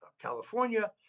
California